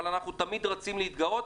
אבל אנחנו תמיד רצים להתגאות,